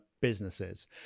businesses